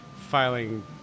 filing